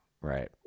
Right